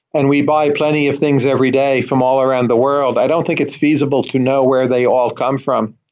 and we buy plenty of things every day from all around the world. i don't think it's feasible to know where they all come from.